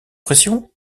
pression